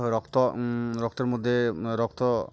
রক্ত রক্তের মধ্যে রক্ত